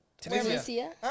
Tunisia